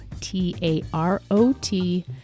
T-A-R-O-T